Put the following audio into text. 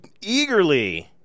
eagerly